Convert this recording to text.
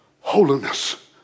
holiness